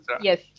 Yes